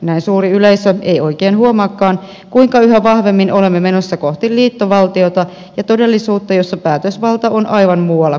näin suuri yleisö ei oikein huomaakaan kuinka yhä vahvemmin olemme menossa kohti liittovaltiota ja todellisuutta jossa päätösvalta on aivan muualla kuin suomessa